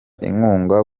inkunga